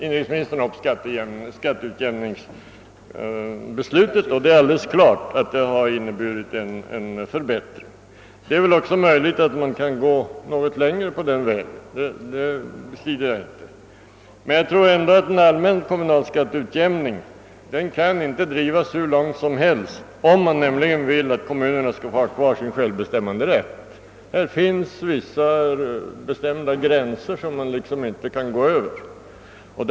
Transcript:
Inrikesministern erinrade vidare om skatteutjämningsbeslutet. Det är alldeles klart att detta har inneburit en förbättring och det är också möjligt att man kan gå något längre på den vägen. Men jag tror inte att en allmän kommunalskatteutjämning kan drivas hur långt som helst, om man vill att kommunerna skall ha kvar sin självbestämmanderätt, det finns vissa gränser som inte kan överskridas.